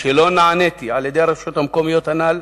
משלא נעניתי על-ידי הרשויות המקומיות הנ"ל,